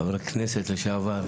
חבר הכנסת לשעבר,